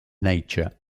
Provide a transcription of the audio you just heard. nature